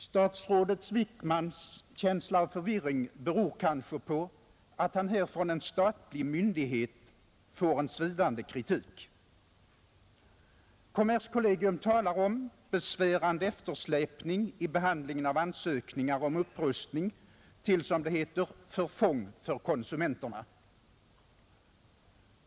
Statsrådet Wickmans känsla av förvirring beror kanske på att han här från en statlig myndighet får en svidande kritik. Kommerskollegium talar om besvärande eftersläpning i behandlingen av ansökningar om upprustning till, som det heter, förfång för konsumenten.